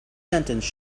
sentence